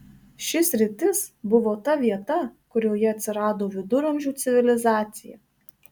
ši sritis buvo ta vieta kurioje atsirado viduramžių civilizacija